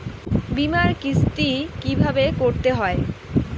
বিমার কিস্তি কিভাবে করতে হয়?